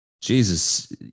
Jesus